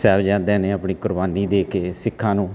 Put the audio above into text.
ਸਾਹਿਬਜ਼ਾਦਿਆਂ ਨੇ ਆਪਣੀ ਕੁਰਬਾਨੀ ਦੇ ਕੇ ਸਿੱਖਾਂ ਨੂੰ